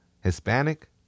Hispanic